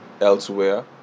elsewhere